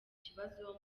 kibazo